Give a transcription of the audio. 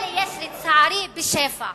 וכאלה יש, לצערי, בשפע.